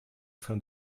fin